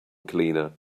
cleaner